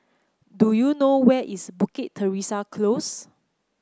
do you know where is Bukit Teresa Close